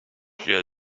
see